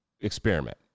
experiment